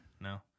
No